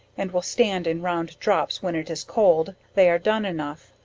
and will stand in round drops when it is cold, they are done enough,